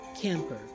Camper